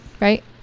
right